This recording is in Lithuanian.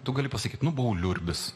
tu gali pasakyt nu buvau liurbis